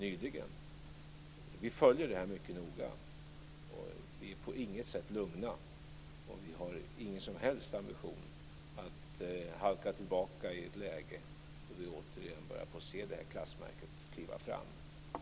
Vi följer det här mycket noga. Vi är på intet sätt lugna, och vi har ingen som helst ambition att halka tillbaka i ett läge där vi återigen börjar få se det här klassmärket träda fram.